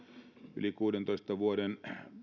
yli kuudentoista vuoden